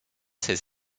ces